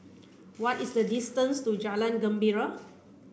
what is the distance to Jalan Gembira